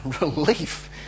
relief